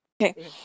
okay